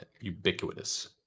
ubiquitous